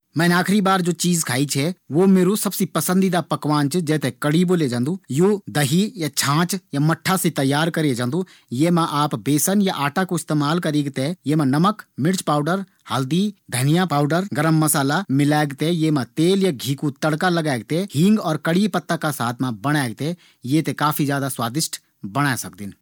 मैंन आखिरी बार जू चीज खायी छै वू मेरु सबसे पसंदीदा पकवान च। जै थें कड़ी बोले जांदू। या दही या छाछ से तैयार करै जांदी ये मा आप आटा या बेसन कू इस्तेमाल करीक ये मा नमक, मिर्च, हल्दी, धनिया पाउडर, गर्म मसाला मिलेक ये मा घी या तेल कू तड़का लगेक हींग और कड़ी पत्ता का साथ मा यी थें काफ़ी ज्यादा स्वादिष्ट बणाये जै सकदु।